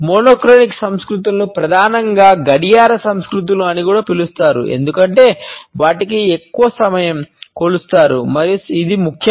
monochronic సంస్కృతులను ప్రధానంగా గడియార సంస్కృతులు అని కూడా పిలుస్తారు ఎందుకంటే వాటికి సమయం కొలుస్తారు మరియు ఇది ముఖ్యం